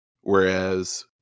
whereas